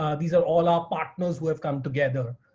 um these are all our partners who have come together.